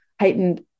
heightened